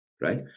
Right